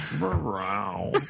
Wow